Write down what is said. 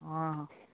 ହଁ ହଁ